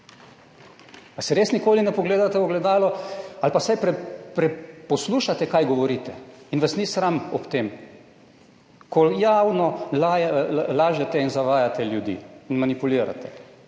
Ali se res nikoli ne pogledate v ogledalo ali pa vsaj preposlušate, kaj govorite, in vas ni sram ob tem, ko javno lažete in zavajate ljudi in manipulirate?